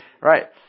right